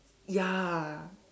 ya